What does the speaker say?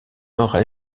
nord